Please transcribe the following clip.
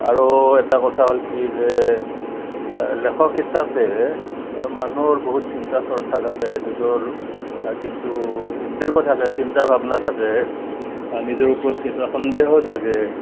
আৰু এটা কথা হ'ল কি যে লেখক হিচাপে মানুহৰ বহুত চিন্তা চৰ্চা থাকে নিজৰ কিছু উদ্বেগো থাকে চিন্তা ভাৱনা থাকে আৰু নিজৰ ওপৰত কেতিয়াবা সন্দেহো জাগে